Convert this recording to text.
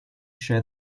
share